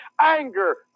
Anger